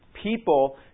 people